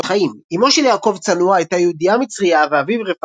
קורות חיים אמו של יעקב צנוע הייתה יהודייה מצריה ואביו,